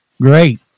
great